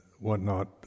whatnot